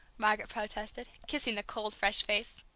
margaret protested, kissing the cold, fresh face.